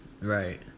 Right